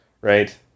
right